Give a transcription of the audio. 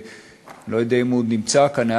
אני לא יודע אם הוא עוד נמצא כאן,